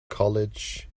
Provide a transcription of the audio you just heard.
college